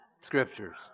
scriptures